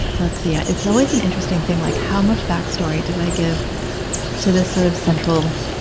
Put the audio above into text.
let's see. yeah it's always an interesting thing, like how much back story do i give to this sort of central,